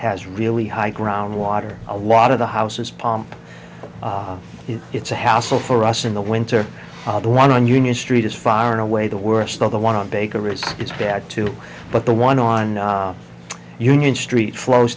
has really high ground water a lot of the houses pomp it's a hassle for us in the winter the one on union street is far and away the worst of the one on bakeries it's bad too but the one on union street flows